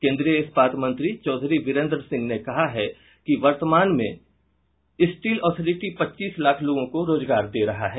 केन्द्रीय इस्पात मंत्री चौधरी बीरेन्द्र सिंह ने कहा है कि वर्तमान में स्टील अथॉरिटी पच्चीस लाख लोगों को रोजगार दे रहा है